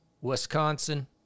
Wisconsin